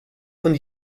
von